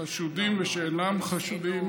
חשודים ושאינם חשודים,